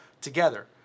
together